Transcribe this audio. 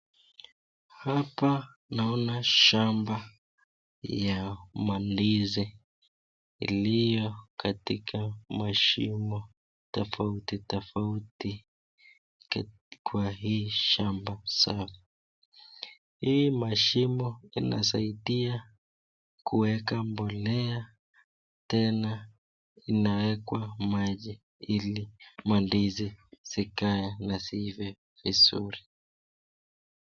Hapa naona shamba ya mandizi iliyo katika mashimo tofauti tofauti kwa hii shamba zao. Hii mashimo inasaidia kuweka mbolea tena inawekwa maji ili mandizi zikae na ziive vizuri.